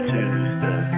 Tuesday